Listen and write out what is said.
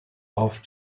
off